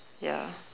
ya